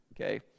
Okay